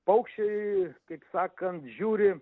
paukščiai kaip sakant žiūri